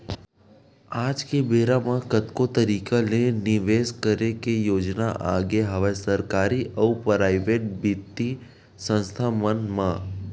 आज के बेरा म कतको तरिका ले निवेस करे के योजना आगे हवय सरकारी अउ पराइेवट बित्तीय संस्था मन म